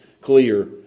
clear